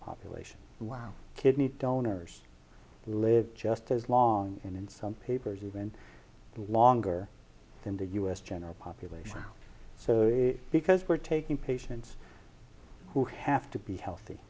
population wow kidney donors live just as long and in some papers even longer than the u s general population so because we're taking patients who have to be healthy